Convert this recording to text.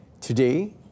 Today